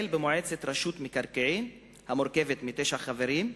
במועצת רשות מקרקעין המורכבת מתשעה חברים,